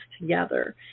together